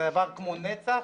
זה עבר כמו נצח,